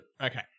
Okay